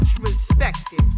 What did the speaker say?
respected